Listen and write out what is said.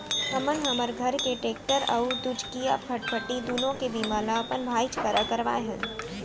हमन हमर घर के टेक्टर अउ दूचकिया फटफटी दुनों के बीमा ल अपन भाईच करा करवाए हन